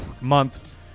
Month